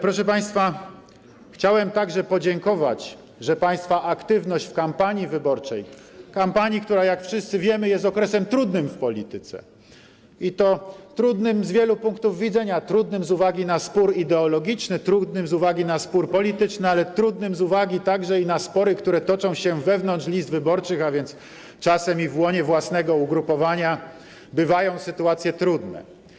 Proszę Państwa, chciałem także podziękować za Państwa aktywność w kampanii wyborczej, kampanii, która, jak wszyscy wiemy, jest okresem trudnym w polityce, i to trudnym z wielu punktów widzenia - trudnym z uwagi na spór ideologiczny, trudnym z uwagi na spór polityczny, ale trudnym także z uwagi na spory, które toczą się wewnątrz list wyborczych, a więc czasem w łonie własnego ugrupowania bywają sytuacje trudne.